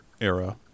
era